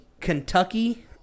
Kentucky